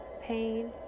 pain